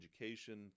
education